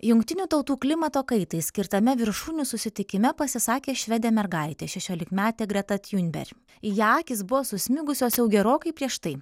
jungtinių tautų klimato kaitai skirtame viršūnių susitikime pasisakė švedė mergaitė šešiolikmetė greta tiunber į ją akys buvo susmigusios jau gerokai prieš tai